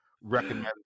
recommend